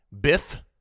Biff